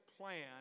plan